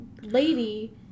lady